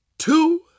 Two